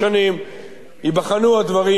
ייבחנו הדברים בשנה הזאת,